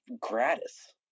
gratis